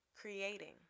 Creating